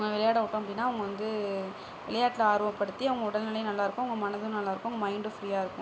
நம்ம விளையாட விட்டோம் அப்படின்னா அவங்க வந்து விளையாட்டில் ஆர்வப்படுத்தி அவங்க உடல் நிலையும் நல்லா இருக்கும் அவங்க மனதும் நல்லா இருக்கும் அவங்க மைண்டும் ஃப்ரீயாக இருக்கும்